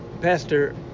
Pastor